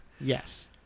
yes